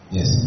Yes